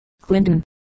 clinton